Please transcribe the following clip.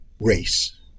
race